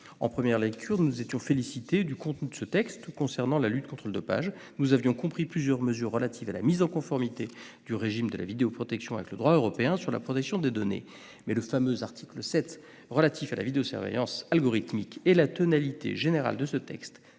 En première lecture, nous nous étions félicités du contenu de ce texte concernant la lutte contre le dopage. Nous avions accepté plusieurs mesures relatives à la mise en conformité du régime de la vidéoprotection avec le droit européen sur la protection des données. Mais le fameux article 7, relatif à la vidéosurveillance algorithmique, et la tonalité générale du texte,